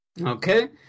Okay